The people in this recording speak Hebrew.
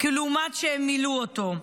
כלעומת שהם מילאו אותו.